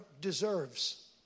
deserves